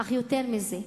אך יותר מזה,